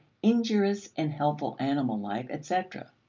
injurious and helpful animal life, etc.